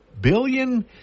billion